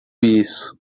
isso